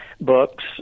books